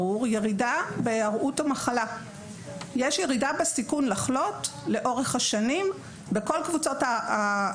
זו לא רק הבדיקה,